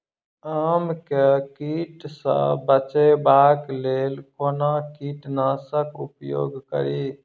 आम केँ कीट सऽ बचेबाक लेल कोना कीट नाशक उपयोग करि?